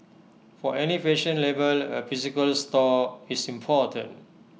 for any fashion label A physical store is important